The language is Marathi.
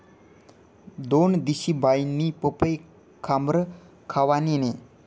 दोनदिशी बाईनी पपई काबरं खावानी नै